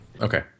Okay